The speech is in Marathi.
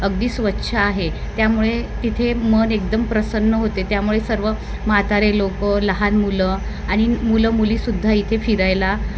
अगदी स्वच्छ आहे त्यामुळे तिथे मन एकदम प्रसन्न होते त्यामुळे सर्व म्हातारे लोक लहान मुलं आणि मुलं मुली सुद्धा इथे फिरायला